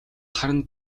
харна